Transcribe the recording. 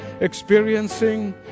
experiencing